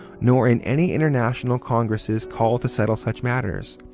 nor in any international congresses called to settle such matters,